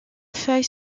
feuilles